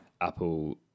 Apple